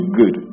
good